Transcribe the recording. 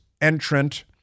entrant